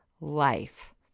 life